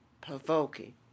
provoking